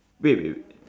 wait wait wait